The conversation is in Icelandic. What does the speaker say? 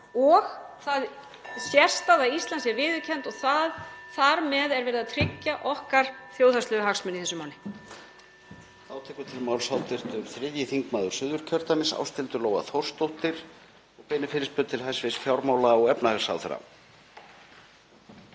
Og sérstaða Íslands er viðurkennd og þar með er verið að tryggja okkar þjóðhagslegu hagsmuni í þessu máli.